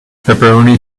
pepperoni